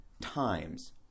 times